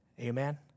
Amen